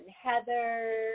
Heather